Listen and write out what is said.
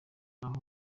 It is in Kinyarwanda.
naho